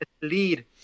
Lead